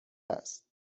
است